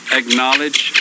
acknowledge